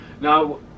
now